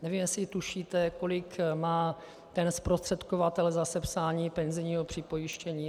Nevím, jestli tušíte, kolik má ten zprostředkovatel za sepsání penzijního připojištění.